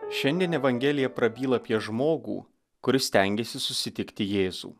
šiandien evangelija prabyla apie žmogų kuris stengiasi susitikti jėzų